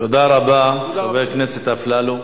תודה רבה לחבר הכנסת אפללו.